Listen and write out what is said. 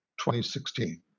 2016